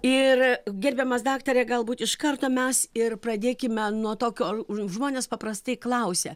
ir gerbiamas daktare galbūt iš karto mes ir pradėkime nuo tokio žmonės paprastai klausia